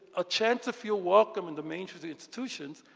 a chance to feel welcome in the mainstream institutions,